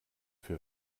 für